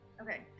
Okay